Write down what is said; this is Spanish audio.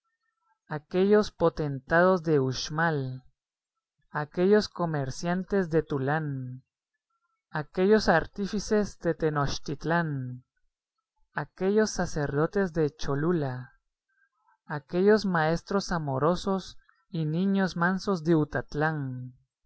aquellos potentados de uxmal aquellos comerciantes de tulán aquellos artífices de tenochtitlán aquellos sacerdotes de cholula aquellos maestros amorosos y niños mansos de utatlán